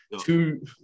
Two